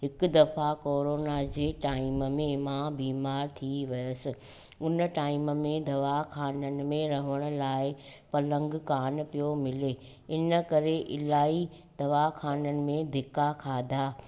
हिक दफ़ा कोरोना जे टाइम में मां बीमार थी वियसि हुन टाइम में दवाखाननि में रवण लाइ पलंग कान पियो मिले हिन करे इलाही दवाखाननि में धिका खाधा